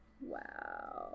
wow